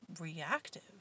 reactive